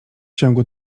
ciągu